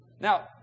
Now